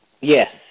yes